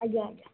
ଆଜ୍ଞା